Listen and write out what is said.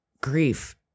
grief